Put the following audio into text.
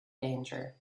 danger